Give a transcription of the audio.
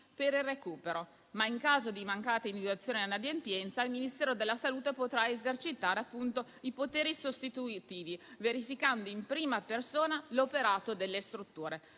per il recupero; ma, in caso di mancata individuazione o inadempienza, il Ministero della salute potrà esercitare i poteri sostituitivi, verificando in prima persona l'operato delle strutture.